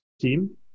team